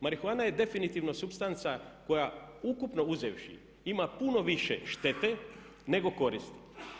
Marihuana je definitivno supstanca koja ukupno uzevši ima puno više štete nego koristi.